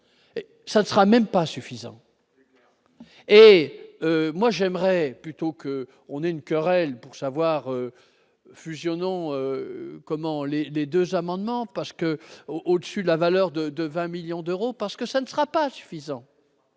ça ne sera même pas suffisant et moi j'aimerais plutôt qu'on ait une querelle pour savoir fusionnons comment les les 2 amendements parce que au dessus de la valeur de de 20 millions d'euros parce que ça ne sera pas suffisant